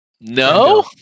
No